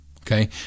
Okay